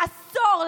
עשור,